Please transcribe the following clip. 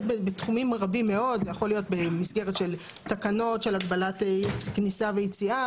יכול להיות במסגרת של תקנות להגבלת כניסה ויציאה,